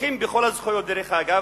זוכים בכל הזכויות, דרך אגב,